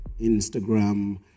Instagram